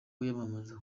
wiyamamaza